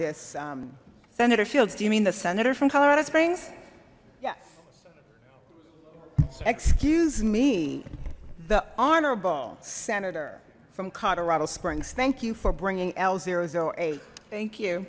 this senator fields do you mean the senator from colorado springs yes excuse me the honorable senator from colorado springs thank you for bringing el zero eight thank you